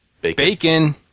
bacon